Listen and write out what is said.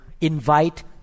invite